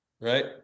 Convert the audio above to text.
right